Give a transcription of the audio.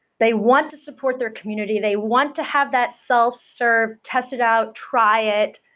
they want to support their community. they want to have that self-serve tested out, try it,